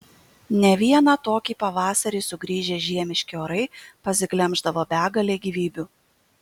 ne vieną tokį pavasarį sugrįžę žiemiški orai pasiglemždavo begalę gyvybių